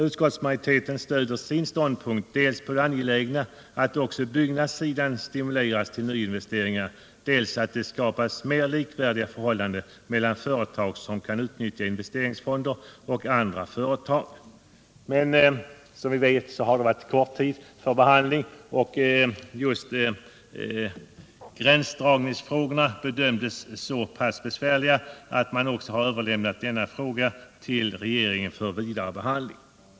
Utskottsmajoriteten stöder sin ståndpunkt dels på det angelägna i att också byggnadssidan stimuleras till nyinvesteringar, dels på att det skapas mer likvärdiga förhållanden mellan företag som kan utnyttja investeringsfonder och andra företag. Men som vi vet har behandlingstiden varit kort, och just gränsdragningsfrågorna bedömdes så pass besvärliga att man har överlämnat också denna fråga till regeringen för vidare behandling.